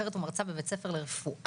חוקרת ומרצה בבית ספר לרפואה.